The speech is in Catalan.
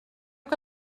que